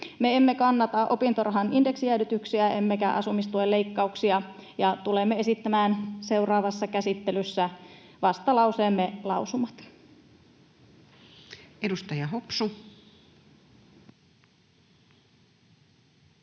Me emme kannata opintorahan indeksijäädytyksiä emmekä asumistuen leikkauksia, ja tulemme esittämään seuraavassa käsittelyssä vastalauseemme lausumat. Edustaja Hopsu.